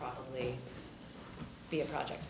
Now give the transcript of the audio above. probably be a project